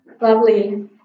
lovely